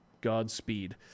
Godspeed